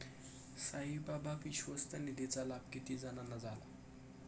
साईबाबा विश्वस्त निधीचा लाभ किती जणांना झाला?